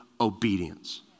obedience